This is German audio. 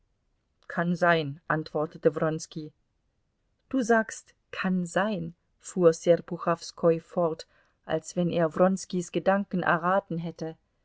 kann sein antwortete wronski du sagst kann sein fuhr serpuchowskoi fort als wenn er wronskis gedanken erraten hätte